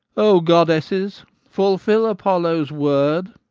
o goddesses, fulfill apollo's word,